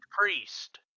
priest